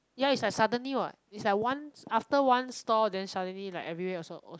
ya is like suddenly what is like one after one store then suddenly like everywhere also